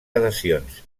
adhesions